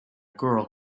girl